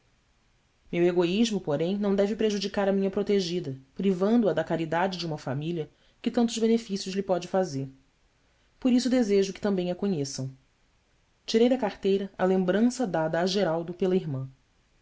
meu egoísmo porém não deve prejudicar a minha protegida privando a da caridade de uma família que tantos benefícios lhe pode fazer por isso desejo que também a conheçam tirei da carteira a lembrança dada a geraldo pela irmã